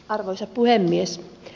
arvoisa puhemies